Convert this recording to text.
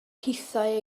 hithau